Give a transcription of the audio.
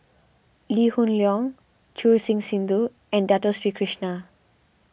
Lee Hoon Leong Choor Singh Sidhu and Dato Sri Krishna